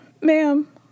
ma'am